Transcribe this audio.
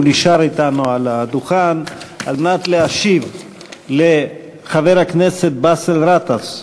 הוא נשאר אתנו על הדוכן על מנת להשיב לחבר הכנסת באסל גטאס,